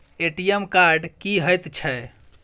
ATM card की हएत छै?